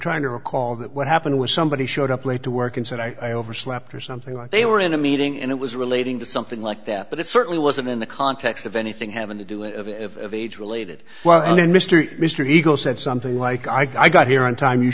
trying to recall what happened was somebody showed up late to work and said i overslept or something like they were in a meeting and it was relating to something like that but it certainly wasn't in the context of anything having to do it of age related well i mean mr mr eagle said something like i got here on time you